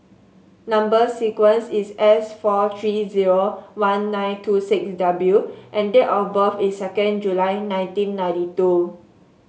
number sequence is S four three zero one nine two six W and date of birth is second July nineteen ninety two